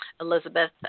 Elizabeth